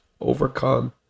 overcome